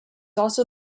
also